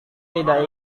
tidak